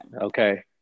Okay